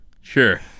Sure